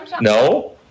No